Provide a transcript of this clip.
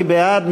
מי בעד?